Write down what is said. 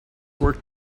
work